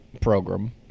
program